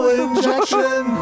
injection